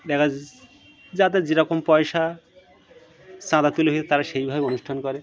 দেখা যায় যাদের যে রকম পয়সা চাঁদা তুুলে হয়ে তারা সেই ভাবে অনুষ্ঠান করে